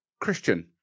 christian